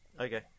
Okay